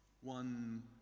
One